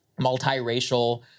multiracial